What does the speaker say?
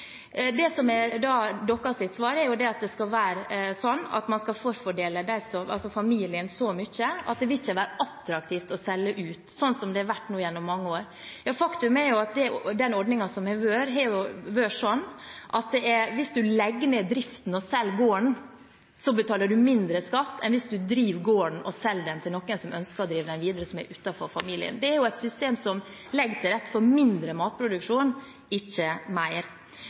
Det som er Arbeiderpartiets svar, er at man skal forfordele familien slik at det ikke vil være attraktivt å selge ut, sånn som det har vært nå gjennom mange år. Faktum er at den ordningen som har vært, har vært sånn at hvis man legger ned driften og selger gården, betaler man mindre skatt enn hvis man driver gården og selger den til noen utenfor familien som ønsker å drive den videre. Det er et system som legger til rette for mindre matproduksjon, ikke mer.